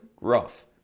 rough